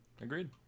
Agreed